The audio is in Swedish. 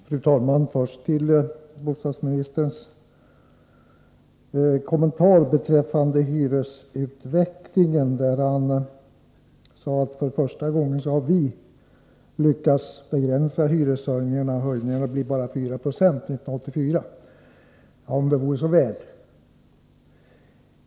Fru talman! Bostadsministern sade att för första gången har vi lyckats begränsa hyreshöjningarna — de blir bara 4 96 år 1984. Om det vore så väl!